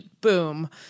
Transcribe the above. boom